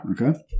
Okay